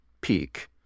peak